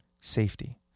safety